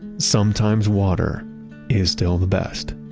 sometimes water is still the best